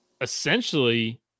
essentially